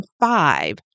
five